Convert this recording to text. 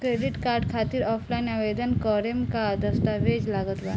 Credit card खातिर offline आवेदन करे म का का दस्तवेज लागत बा?